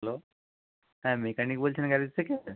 hello হ্যাঁ mechanic বলছেন garage থেকে